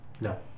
No